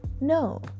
no